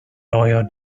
lawyer